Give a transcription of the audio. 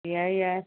ꯌꯥꯏ ꯌꯥꯏ